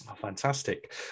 fantastic